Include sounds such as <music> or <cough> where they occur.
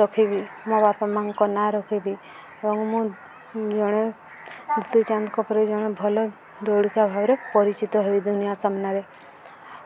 ରଖିବି ମୋ ବାପା ମାଆଙ୍କ ନାଁ ରଖିବି ଏବଂ ମୁଁ ଜଣେ ଦ୍ୟୁତି ଚାନ୍ଦଙ୍କ ପରି ଜଣେ ଭଲ <unintelligible> ଭାବରେ ପରିଚିତ ହେବି ଦୁନିଆ ସାମ୍ନାରେ